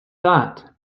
that